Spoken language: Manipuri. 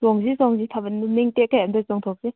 ꯆꯣꯡꯁꯤ ꯆꯣꯡꯁꯤ ꯊꯥꯕꯜꯗꯣ ꯅꯤꯡ ꯇꯦꯛꯈꯩ ꯑꯝꯇ ꯆꯣꯡꯊꯣꯛꯁꯤ